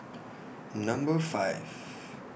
Number five